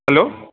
hello